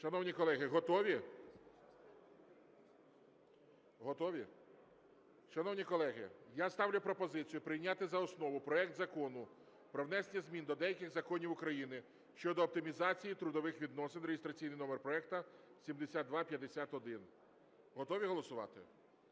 Шановні колеги, готові? Готові? Шановні колеги, я ставлю пропозицію прийняти за основу проект Закону про внесення змін до деяких законів України щодо оптимізації трудових відносин (реєстраційний номер проекту 7251). Готові голосувати?